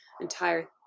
entire